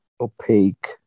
opaque